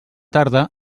tarda